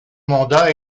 mandat